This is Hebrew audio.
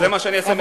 זה מה שאני אעשה.